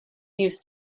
use